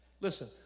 Listen